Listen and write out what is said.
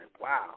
wow